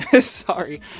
Sorry